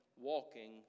walking